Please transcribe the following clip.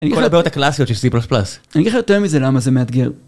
כל הבעיות הקלאסיות של C++. אני יגיד לך יותר מזה למה זה מאתגר